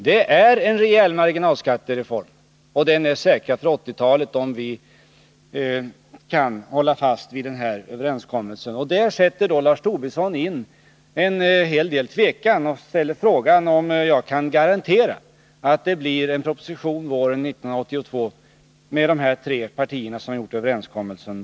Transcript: Det är en rejäl marginalskattereform, och den är säkrad för 1980-talet om vi kan hålla fast vid den här överenskommelsen. Lars Tobisson ger då uttryck åt en hel del tvekan och ställer frågan om jag kan garantera att det blir en proposition våren 1982 bakom vilken står de tre partier som träffat överenskommelsen.